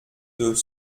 deux